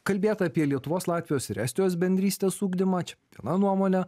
kalbėta apie lietuvos latvijos ir estijos bendrystės ugdymą čia viena nuomonė